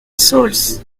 saulce